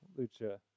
lucha